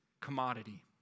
commodity